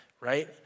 Right